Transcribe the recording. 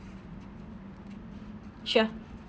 sure